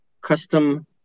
custom